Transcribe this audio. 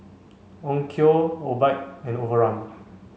Onkyo Obike and Overrun